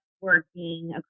working